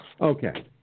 Okay